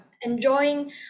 enjoying